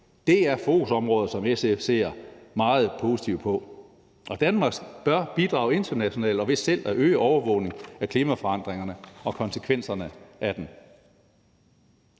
Det er fokusområder, som SF ser meget positivt på, og Danmark bør bidrage internationalt og ved selv at øge overvågningen af klimaforandringerne og konsekvenserne af dem.